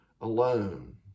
alone